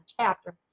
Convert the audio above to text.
chapter